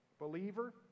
Believer